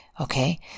Okay